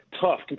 tough